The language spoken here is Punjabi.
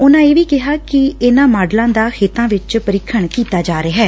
ਉਨੂਾ ਇਹ ਵੀ ਕਿਹਾ ਕਿ ਇਨੂਾਂ ਮਾਡਲਾਂ ਦਾ ਖੇਤਾਂ ਵਿਚ ਪ੍ਰੀਖਣ ਕੀਤਾ ਜਾ ਰਿਹੈ